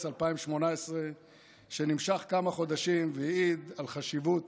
2018 שנמשך כמה חודשים והעיד על חשיבות